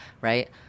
right